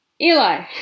Eli